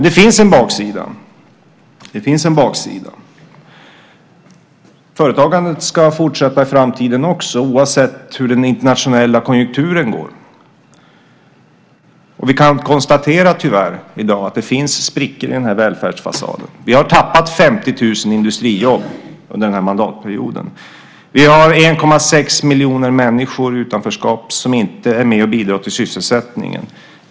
Det finns dock en baksida. Företagandet ska fortsätta också i framtiden, oavsett hur den internationella konjunkturen går, och vi kan tyvärr i dag konstatera att det finns sprickor i välfärdsfasaden. Vi har tappat 50 000 industrijobb under den här mandatperioden. Vi har 1,6 miljoner människor i utanförskap, som inte är med och bidrar till sysselsättningen.